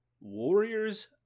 Warriors